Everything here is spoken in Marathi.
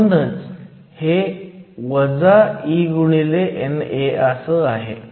म्हणून हे e NA आहे